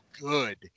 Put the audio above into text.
good